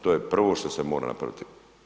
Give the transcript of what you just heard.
To je prvo što se mora napraviti.